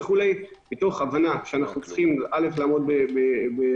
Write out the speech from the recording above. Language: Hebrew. וכו' מתוך הבנה שאנחנו צריכים אל"ף לעמוד באמירה